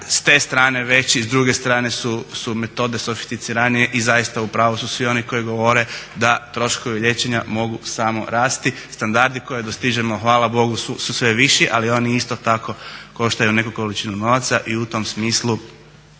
s te strane veći i s druge strane su metode sofisticiranije i zaista u pravu su svi oni koji govore da troškovi liječenja mogu samo rasti, standardi koje dostižemo hvala bogu su sve viši ali oni isto tako koštaju neku količinu novaca i u tom smislu